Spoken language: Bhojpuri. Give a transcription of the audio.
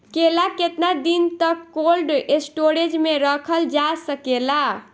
केला केतना दिन तक कोल्ड स्टोरेज में रखल जा सकेला?